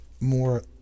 more